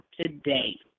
today